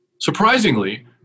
Surprisingly